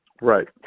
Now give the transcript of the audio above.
Right